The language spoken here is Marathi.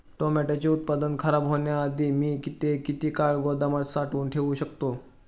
टोमॅटोचे उत्पादन खराब होण्याआधी मी ते किती काळ गोदामात साठवून ठेऊ शकतो?